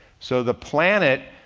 so the planet,